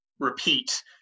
repeat